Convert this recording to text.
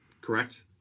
Correct